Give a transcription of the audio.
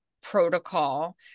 protocol